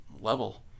level